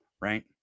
right